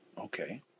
Okay